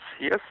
yes